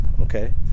okay